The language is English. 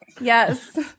Yes